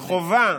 בישראל, חובה,